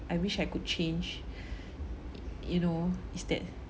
I wish I could change you know is that